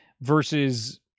versus